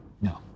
No